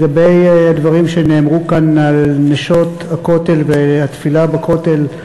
לגבי דברים שנאמרו כאן על "נשות הכותל" והתפילה בכותל,